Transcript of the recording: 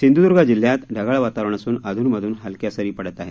सिंधुदुर्ग जिल्ह्यात ढगाळ वातावरण असून अधूनमधून हलक्या सरी पडत आहेत